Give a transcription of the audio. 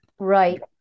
Right